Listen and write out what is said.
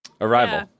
Arrival